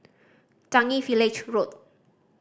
Changi Village Road